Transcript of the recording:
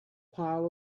pile